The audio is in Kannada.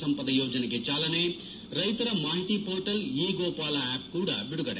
ಸಂಪದ ಯೋಜನೆಗೆ ಚಾಲನೆ ರೈತರ ಮಾಹಿತಿ ಪೋರ್ಟಲ್ ಇ ಗೋಪಾಲ ಆಪ್ ಕೂಡ ಬಿಡುಗಡೆ